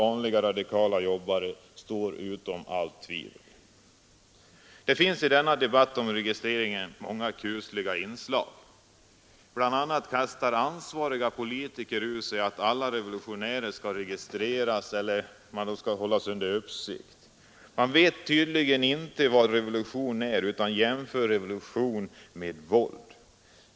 Det finns i denna debatt om registrering många kusliga inslag. Bl.a. kastar ansvariga politiker ur sig att alla revolutionärer skall registreras eller hållas under uppsikt. Man vet tydligen inte vad en revolution är utan jämför revolution med våld.